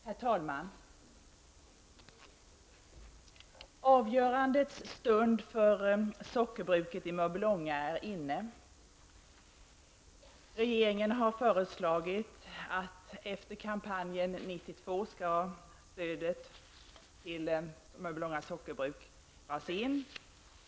Herr talman! Avgörandets stund för sockerbruket i Mörbylånga är inne. Regeringen har föreslagit att efter kampanjen 1992 skall stödet till Mörbylånga sockerbruk dras in.